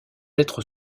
être